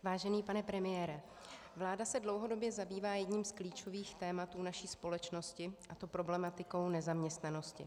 Vážený pane premiére, vláda se dlouhodobě zabývá jedním z klíčových témat naší společnosti, problematikou nezaměstnanosti.